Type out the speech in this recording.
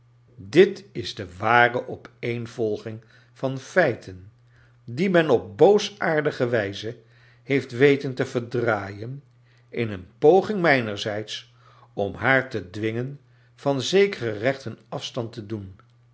dit is de ware opeenvolging van feiten die men op boosaardige wijze heeft weten te verdraaien in een poging mijnerzijds om haar te dwingen van zekere reehteji afstand te doen